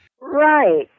Right